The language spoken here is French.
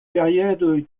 période